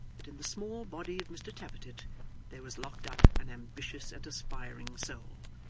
that in the small body of mr tappertit there was locked up an ambitious and aspiring soul.